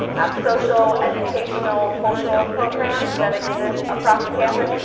um social, educational, cultural programs that exist across the campus.